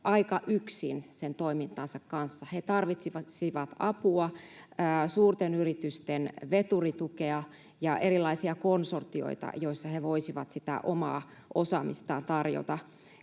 aika yksin sen toimintansa kanssa. He tarvitsisivat apua, suurten yritysten veturitukea ja erilaisia konsortioita, joissa he voisivat sitä omaa osaamistaan tarjota.